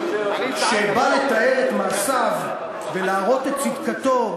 כשבא לתאר את מעשיו ולהראות את צדקתו,